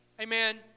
amen